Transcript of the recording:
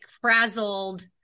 frazzled